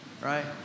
Right